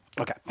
Okay